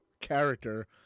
character